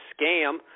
scam